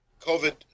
COVID